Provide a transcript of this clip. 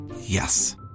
Yes